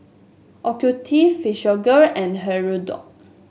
Ocuvite Physiogel and Hirudoid